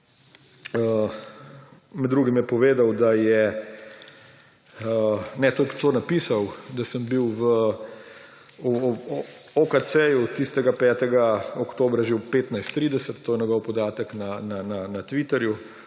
Med drugim je povedal, da je, ne to je celo napisal, da sem bil v OKC tistega 5. oktobra že ob 15.30, to je njegov podatek na Twitterju.